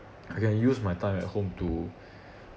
I can use my time at home to